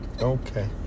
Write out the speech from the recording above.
Okay